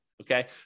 Okay